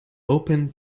opened